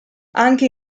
anche